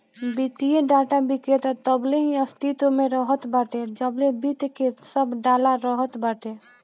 वित्तीय डाटा विक्रेता तबले ही अस्तित्व में रहत बाटे जबले वित्त के सब डाला रहत बाटे